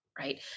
Right